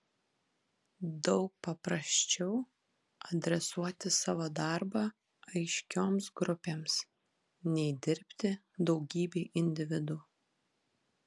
daug paprasčiau adresuoti savo darbą aiškioms grupėms nei dirbti daugybei individų